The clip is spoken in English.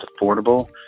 affordable